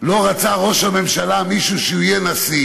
לא רצה ראש הממשלה מישהו שיהיה נשיא.